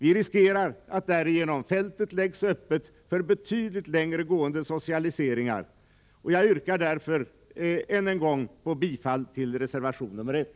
Vi riskerar att därigenom fältet läggs öppet för betydligt längre gående socialiseringar, och jag yrkar därför än en gång på bifall till reservation nr 1.